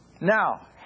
Now